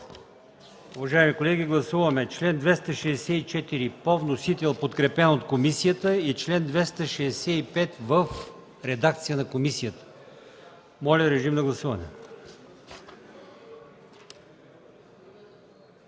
Уважаеми колеги, гласуваме чл. 264 – по вносител, подкрепен от комисията, и чл. 265 – в редакция на комисията. Моля, гласувайте.